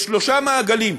בשלושה מעגלים: